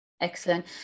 Excellent